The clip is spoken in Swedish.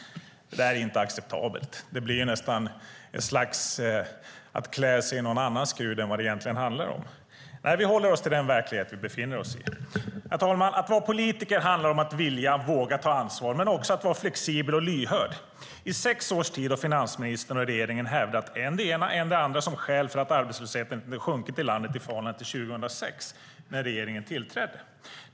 Det där är inte acceptabelt. Det blir nästan att klä sig i någon annans skrud. Nej, vi håller oss till den verklighet vi befinner oss i. Herr talman! Att vara politiker handlar om att vilja och våga ta ansvar men också om att vara flexibel och lyhörd. I sex års tid har finansministern och regeringen hävdat än det ena, än det andra som skäl för att arbetslösheten har sjunkit i landet sedan regeringen tillträdde 2006.